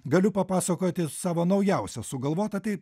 galiu papasakoti savo naujausią sugalvotą tai